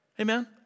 Amen